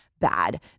bad